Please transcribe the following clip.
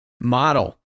model